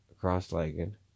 cross-legged